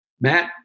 Matt